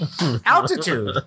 Altitude